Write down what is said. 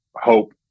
hope